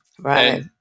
Right